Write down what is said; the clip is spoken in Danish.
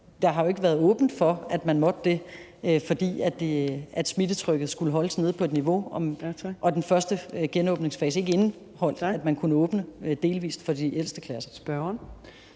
at der jo ikke har været åbnet for, at man måtte det, fordi smittetrykket skulle holdes nede på et niveau og den første genåbningsfase ikke indebar, at man kunne åbne delvis for de ældste klasser.